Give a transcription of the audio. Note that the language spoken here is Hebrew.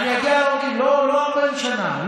לא, לא 40 שנה.